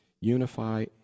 unify